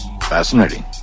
Fascinating